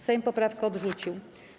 Sejm poprawkę odrzucił.